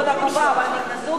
לא דפקו ונכנסו,